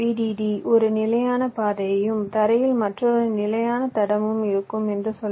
டிக்கு ஒரு நிலையான பாதையும் தரையில் மற்றொரு நிலையான தடமும் இருக்கும் என்று சொல்லலாம்